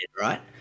right